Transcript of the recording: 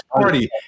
party